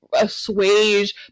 assuage